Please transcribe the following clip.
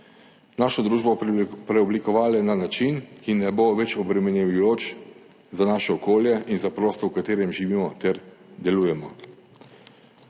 našo družbo preoblikovale na način, ki ne bo več obremenjujoč za naše okolje in za prostor, v katerem živimo ter delujemo.